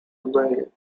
invariant